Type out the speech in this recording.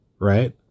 right